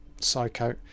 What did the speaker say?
psycho